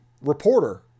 reporter